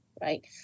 right